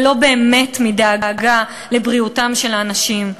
ולא באמת מדאגה לבריאותם של האנשים.